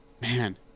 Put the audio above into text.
man